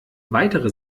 weitere